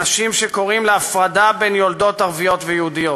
אנשים שקוראים להפרדה בין יולדות ערביות ויהודיות,